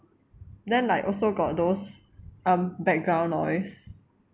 then like also got those um background noise